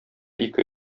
ике